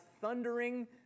thundering